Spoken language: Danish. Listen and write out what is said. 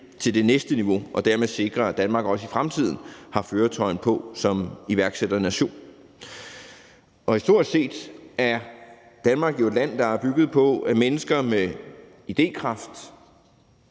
til det næste niveau og dermed sikre, at Danmark også i fremtiden har førertrøjen på som iværksætternation. Historisk set er Danmark jo et land, der er bygget på mennesker med idékraft